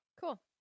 Cool